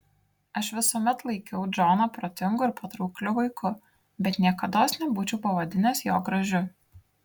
aš visuomet laikiau džoną protingu ir patraukliu vaiku bet niekados nebūčiau pavadinęs jo gražiu